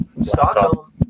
Stockholm